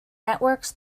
networks